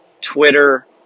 Twitter